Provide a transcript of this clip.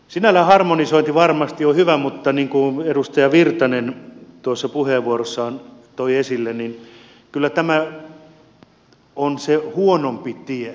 sinällään harmonisointi varmasti on hyvä mutta niin kuin edustaja virtanen tuossa puheenvuorossaan toi esille niin kyllä tämä on se huonompi tie